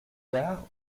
gards